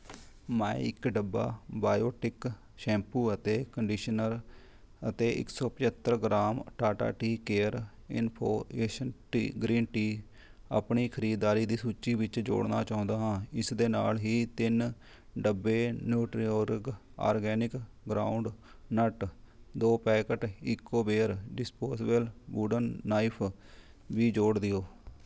ਮੈਂ ਇੱਕ ਡੱਬਾ ਬਾਇਓਟਿਕ ਸ਼ੈਂਪੂ ਅਤੇ ਕੰਡੀਸ਼ਨਰ ਅਤੇ ਇੱਕ ਸੌ ਪੰਝੱਤਰ gram Tata tea care infusion tea green tea ਆਪਣੀ ਖਰੀਦਦਾਰੀ ਦੀ ਸੂਚੀ ਵਿੱਚ ਜੋੜਨਾ ਚਾਹੁੰਦਾ ਹਾਂ ਇਸ ਦੇ ਨਾਲ ਹੀ ਤਿੰਨ ਡੱਬੇ ਨੁਟਰੀਓਰਗ ਆਰਗੈਨਿਕ ਗਰਾਊਂਡਨਟ ਦੋ packet Ecoware disposable wooden knife ਵੀ ਜੋੜ ਦਿਓ